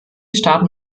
staaten